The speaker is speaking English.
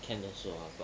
can also ah but